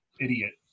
idiot